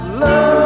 love